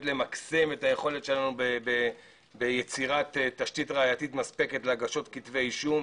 למקסם את היכולת שלנו ביצירת תשתית ראייתית מספקת להגשת כתבי אישום.